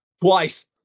Twice